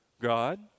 God